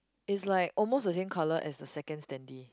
it's like almost the same colour as the second standee